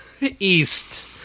East